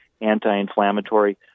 anti-inflammatory